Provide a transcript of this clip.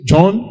John